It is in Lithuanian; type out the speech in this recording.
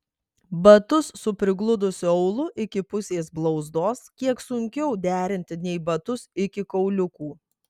batus su prigludusiu aulu iki pusės blauzdos kiek sunkiau derinti nei batus iki kauliukų